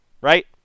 right